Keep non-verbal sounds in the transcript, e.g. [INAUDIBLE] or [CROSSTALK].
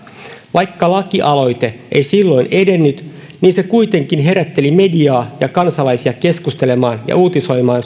vaikka lakialoite ei silloin edennyt se kuitenkin herätteli mediaa ja kansalaisia keskustelemaan ja uutisoimaan [UNINTELLIGIBLE]